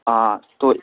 ہاں تو